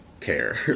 care